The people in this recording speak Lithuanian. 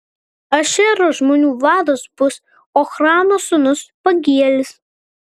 ašero žmonių vadas bus ochrano sūnus pagielis